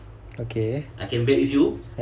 okay